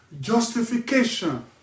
justification